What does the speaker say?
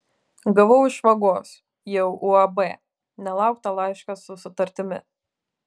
gavau iš vagos jau uab nelauktą laišką su sutartimi